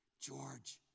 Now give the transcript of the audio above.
George